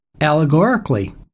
allegorically